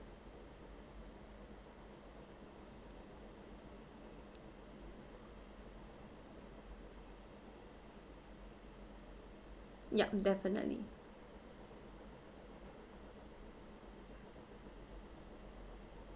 yup definitely